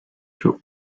für